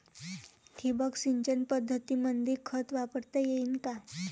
ठिबक सिंचन पद्धतीमंदी खत वापरता येईन का?